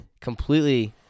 Completely